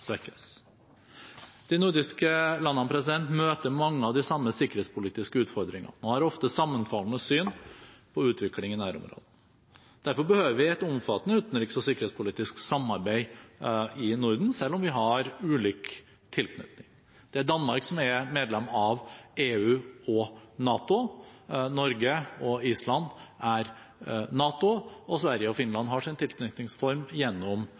svekkes. De nordiske landene møter mange av de samme sikkerhetspolitiske utfordringene og har ofte sammenfallende syn på utviklingen i nærområdene. Derfor behøver vi et omfattende utenriks- og sikkerhetspolitisk samarbeid i Norden, selv om vi har ulik tilknytning. Danmark er medlem av EU og NATO, Norge og Island er i NATO, og Sverige og Finland har sin tilknytningsform gjennom